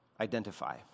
identify